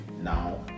now